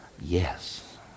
yes